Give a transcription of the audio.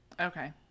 Okay